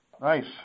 Nice